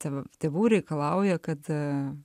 tėv tėvų reikalauja kad